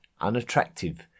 unattractive